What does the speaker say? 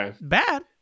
bad